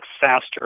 faster